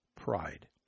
pride